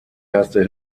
erste